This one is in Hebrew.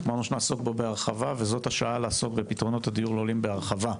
אמרנו שנעסוק בו בהרחבה וזאת השעה לעסוק בפתרונות הדיור לעולים בהרחבה.